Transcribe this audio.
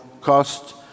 cost